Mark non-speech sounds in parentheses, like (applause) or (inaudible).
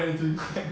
(laughs)